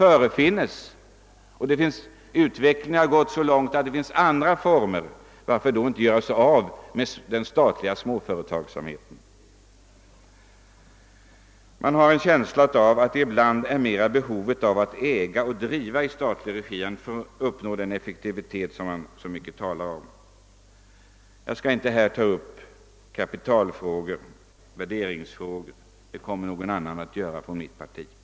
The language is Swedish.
Men när utvecklingen gått så långt att inga beredskapsskäl längre förefinns, varför då inte göra sig av med sådan statlig småföretagsamhet. Man har en känsla av att det ibland är mer behovet av att äga och driva i statlig regi än behovet att uppnå effektivitet — som man så mycket talar om — som motiverar ställningstagandena. Jag skall inte här ta upp värderingsfrågor och kapitalfrågor; det kommer en annan talare från mitt parti att göra.